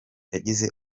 yagize